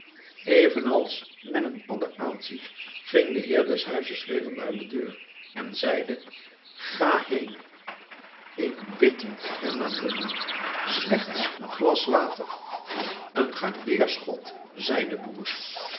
evenals men een adder aanziet ging de heer des huizes weder naar de deur en zeide ga heen ik bid u hernam de man slechts een glas water een geweerschot zei de boer